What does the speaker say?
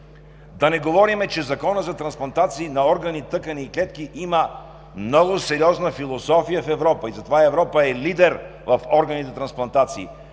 Да не говорим, че Законът за трансплантация на органи, тъкани и клетки има много сериозна философия в Европа. Затова Европа е лидер в трансплантацията